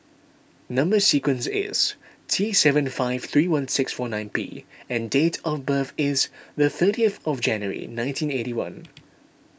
Number Sequence is T seven five three one six four nine P and date of birth is the thirtieth of January nineteen eighty one